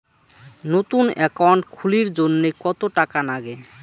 নতুন একাউন্ট খুলির জন্যে কত টাকা নাগে?